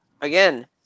again